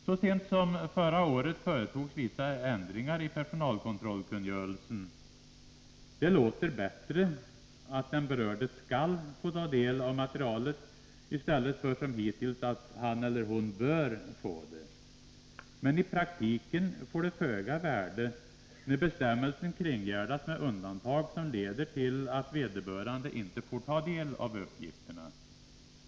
Så sent som förra året företogs vissa ändringar i personalkontrollkungörelsen. Det låter bättre att den berörde skall få ta del av materialet i stället för som hittills att han eller hon bör få det. Men i praktiken får det föga värde då bestämmelsen kringgärdas med undantag som leder till att vederbörande inte får ta del av uppgifterna.